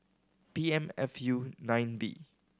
P M F U nine B